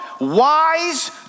wise